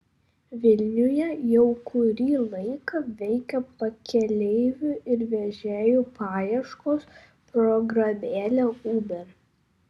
vilniuje jau kurį laiką veikia pakeleivių ir vežėjų paieškos programėlė uber